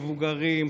מבוגרים,